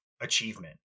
achievement